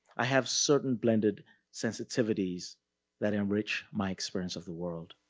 i have certain blended sensitivities that enrich my experience of the world.